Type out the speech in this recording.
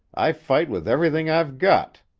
i fight with everything i've got,